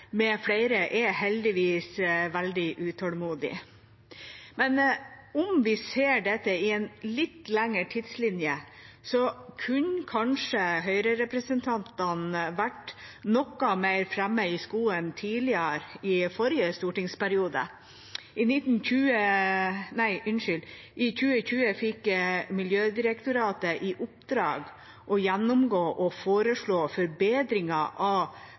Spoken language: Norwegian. er heldigvis veldig utålmodige, men om vi ser dette i en litt lengre tidslinje, kunne kanskje høyrerepresentantene vært noe mer framme i skoene tidligere i forrige stortingsperiode. I 2020 fikk Miljødirektoratet i oppdrag å gjennomgå og foreslå forbedringer av